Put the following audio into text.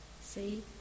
See